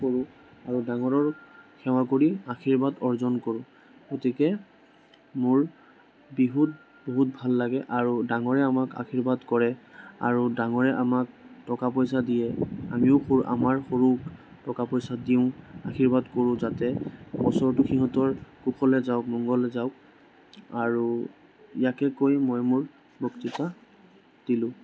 কৰোঁ আৰু ডাঙৰৰ সেৱা কৰি আশীৰ্বাদ অৰ্জন কৰোঁ গতিকে মোৰ বিহুত বহুত ভাল লাগে আৰু ডাঙৰে আমাক আশীৰ্বাদ কৰে আৰু ডাঙৰে আমাক টকা পইচা দিয়ে আমিও সৰু আমাৰ সৰুক টকা পইচা দিওঁ আশীৰ্বাদ কৰোঁ যাতে বছৰটো সিহঁতৰ কুশলে যাওক মঙ্গলে যাওক আৰু ইয়াকে কৈ মই মোৰ বক্তৃতা দিলোঁ